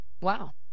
Wow